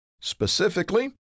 specifically